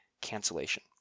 cancellation